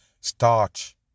starch